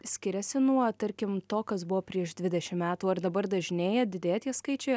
skiriasi nuo tarkim to kas buvo prieš dvidešim metų ar dabar dažnėja didėja tie skaičiai